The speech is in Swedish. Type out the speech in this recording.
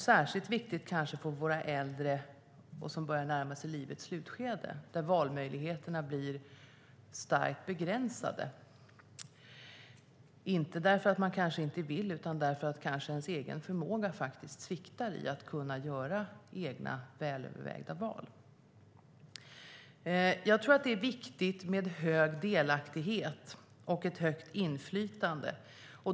Särskilt viktigt är det kanske för våra äldre som börjar närma sig livets slutskede där valmöjligheterna blir starkt begränsade, inte för att de inte vill välja utan därför att deras egen förmåga att göra egna välövervägda val kanske sviktar. Jag tror att det är viktigt med stor delaktighet och ett stort inflytande.